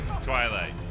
Twilight